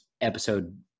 episode